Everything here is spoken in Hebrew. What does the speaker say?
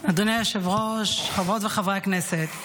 אדוני היושב-ראש, חברות וחברי הכנסת,